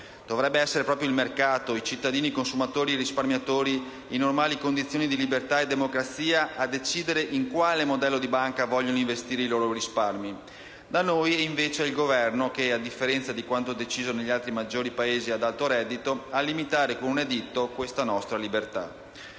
Dovrebbe essere proprio il mercato, i cittadini consumatori e risparmiatori, in normali condizioni di libertà e democrazia, a decidere in quale modello di banca vogliono investire i propri risparmi. Da noi invece è il Governo, a differenza di quanto deciso negli altri maggiori Paesi ad alto reddito, a limitare con un editto questa nostra libertà.